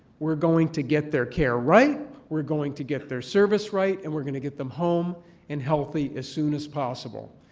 we're going to get their care right, we're going to get their service right, and we're going to get them home and healthy as soon as possible.